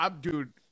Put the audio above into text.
dude